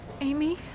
Amy